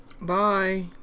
bye